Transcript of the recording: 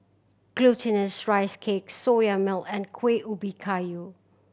Glutinous Rice Cake Soya Milk and Kuih Ubi Kayu